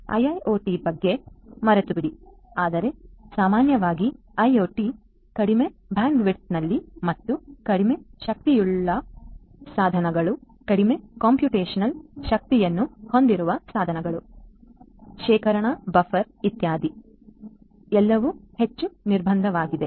IIoT ಬಗ್ಗೆ ಮರೆತುಬಿಡಿ ಆದರೆ ಸಾಮಾನ್ಯವಾಗಿ ಐಒಟಿ ಕಡಿಮೆ ಬ್ಯಾಂಡ್ವಿಡ್ತ್ನಲ್ಲಿ ಮತ್ತು ಕಡಿಮೆ ಶಕ್ತಿಯುಳ್ಳ ಸಾಧನಗಳು ಕಡಿಮೆ ಕಂಪ್ಯೂಟೇಶನಲ್ ಶಕ್ತಿಯನ್ನು ಹೊಂದಿರುವ ಸಾಧನಗಳು ಶೇಖರಣಾ ಬಫರ್ ಇತ್ಯಾದಿ ಎಲ್ಲವೂ ಹೆಚ್ಚು ನಿರ್ಬಂಧವಾಗಿದೆ